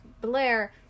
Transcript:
Blair